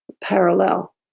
parallel